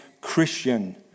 Christian